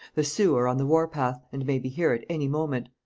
the sioux are on the war-path, and may be here at any moment.